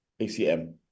acm